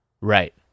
right